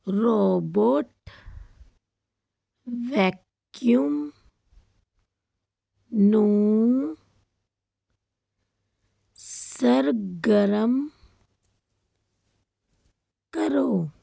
robot vacuum ਨੂੰ ਸਰਗਰਮ ਕਰੋ